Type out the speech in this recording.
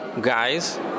guys